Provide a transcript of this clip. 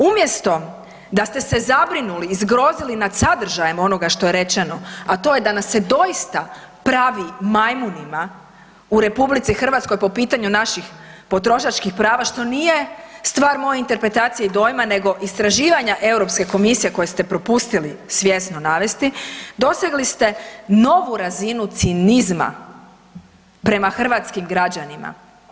Umjesto da ste se zabrinuli i zgrozili nad sadržajem onoga što je rečeno, a to je da nas se doista pravi majmunima u RH po pitanju naših potrošačkih prava što nije stvar moje interpretacije i dojma nego istraživanja Europske komisije koje ste propustili svjesno navesti, dosegli ste novu razinu cinizma prema hrvatskim građanima.